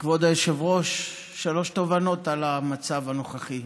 כבוד היושב-ראש, שלוש תובנות על המצב הנוכחי: